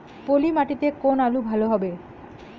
পলি মাটিতে কোন আলু ভালো হবে?